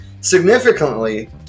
Significantly